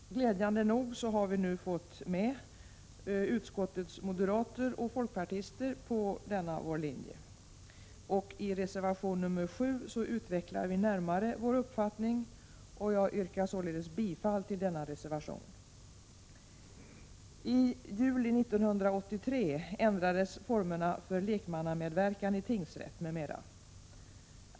Glädjande nog har vi nu fått med utskottets moderater och folkpartister på vår linje. I reservation nr 7 utvecklar vi vår uppfattning närmare, och jag yrkar således bifall till denna reservation. I juli 1983 ändrades formerna för lekmannamedverkan i tingsrätt m.m.